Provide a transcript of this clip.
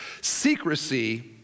Secrecy